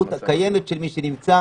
בוודאי שלא עושים.